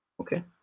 Okay